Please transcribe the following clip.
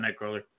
Nightcrawler